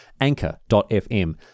anchor.fm